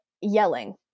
yelling